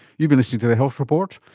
you've been listening to the health report,